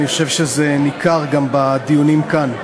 אני חושב שזה ניכר גם בדיונים כאן.